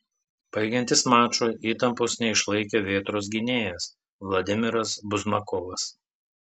baigiantis mačui įtampos neišlaikė vėtros gynėjas vladimiras buzmakovas